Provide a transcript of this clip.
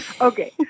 okay